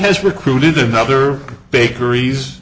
has recruited another bakeries